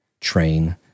train